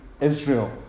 Israel